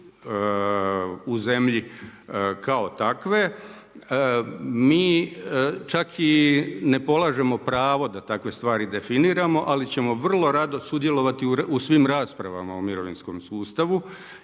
u zemlji kao takve mi čak i ne polažemo pravo da takve stvari definiramo, ali ćemo vrlo rado sudjelovati u svim raspravama o mirovinskom sustavu.